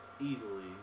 easily